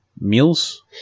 meals